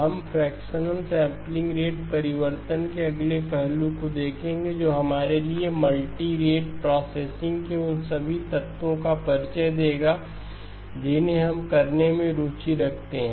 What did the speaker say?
हम fractional sampling rate परिवर्तन के अगले पहलू को देखेंगे जो हमारे लिए मल्टी रेट प्रोसेसिंग के उन सभी तत्वों का परिचय देगा जिन्हें हम करने में रुचि रखते हैं